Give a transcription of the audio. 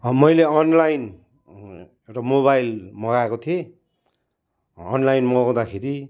मैले अनलाइन एउटा मोबाइल मगाएको थिएँ अनलाइन मगाउँदाखेरि